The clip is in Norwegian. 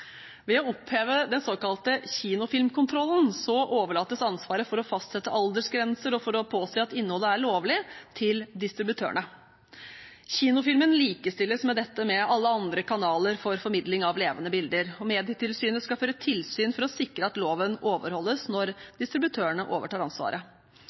Ved å oppheve den såkalte kinofilmkontrollen overlates ansvaret for å fastsette aldersgrenser, og for å påse at innholdet er lovlig, til distributørene. Kinofilmen likestilles med dette med alle andre kanaler for formidling av levende bilder, og Medietilsynet skal føre tilsyn for å sikre at loven overholdes når distributørene overtar ansvaret.